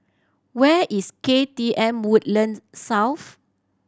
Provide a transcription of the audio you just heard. where is K T M Woodland South